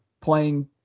playing